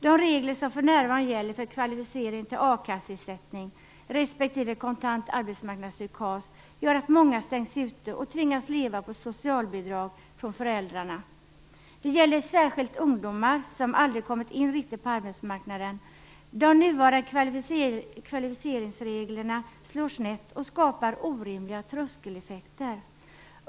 De regler som för närvarande gäller för kvalificering till a-kasseersättning respektive kontant arbetsmarknadsstöd gör att många stängs ute och tvingas leva på socialbidrag från föräldrarna. Det gäller särskilt ungdomar som aldrig kommit in riktigt på arbetsmarknaden. De nuvarande kvalificeringsreglerna slår snett och skapar orimliga tröskeleffekter.